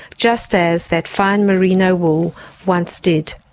just as that fine marino wool once did.